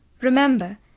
remember